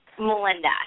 Melinda